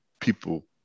people